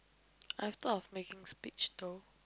I have thought of making speech though